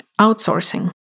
outsourcing